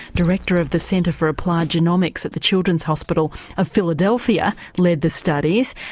director of the center for applied genomics at the children's hospital of philadelphia led the studies,